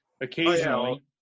occasionally